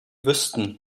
wüssten